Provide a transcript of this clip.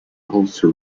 also